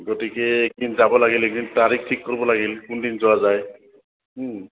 গতিকে এদিন যাব লাগিল একদিন তাৰিখ ঠিক কৰিব লাগিল কোনদিন যোৱা যায়